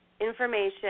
information